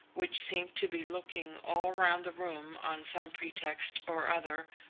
which seemed to be looking all around the room on some pretext or other,